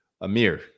Amir